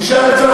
תגיד.